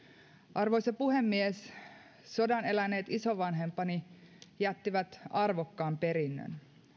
arvoisa puhemies sodan eläneet isovanhempani jättivät arvokkaan perinnön